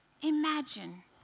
imagine